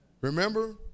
Remember